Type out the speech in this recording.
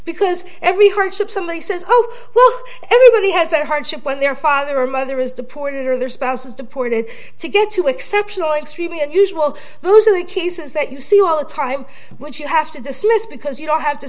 because every herships somebody says oh who everybody has a hardship when their father or mother is deported or their spouse is deported to get to exceptional extremely unusual those are the cases that you see all the time which you have to dismiss because you don't have to